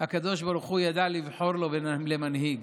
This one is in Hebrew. הקדוש ברוך הוא ידע לבחור בו למנהיג?